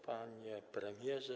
Panie Premierze!